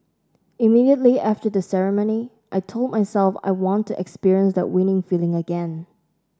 immediately after the ceremony I told myself I want to experience that winning feeling again